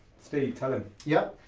steve tell em. yep,